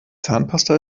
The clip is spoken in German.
zahnpasta